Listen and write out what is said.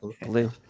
Blue